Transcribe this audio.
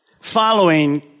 Following